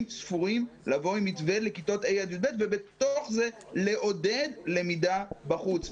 ספורים עם מתווה לכיתות ה' עד י"ב ובתוך זה לעודד למידה בחוץ.